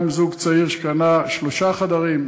גם זוג צעיר שקנה שלושה חדרים,